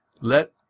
let